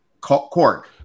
court